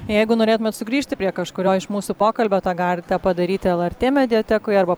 jeigu norėtumėt sugrįžti prie kažkurio iš mūsų pokalbio tą galite padaryti lrt mediatekoje arba